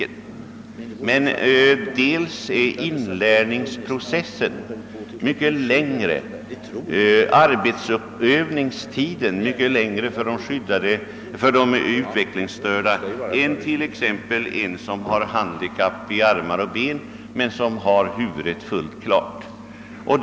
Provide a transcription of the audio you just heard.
Först och främst är inlärningsprocessen och uppövningstiden mycket längre för de utvecklingsstörda än för personer, som är handikappade på annat sätt men som i psykiskt avseende är normalt utrustade.